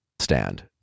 stand